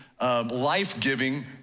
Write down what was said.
life-giving